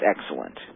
excellent